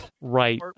Right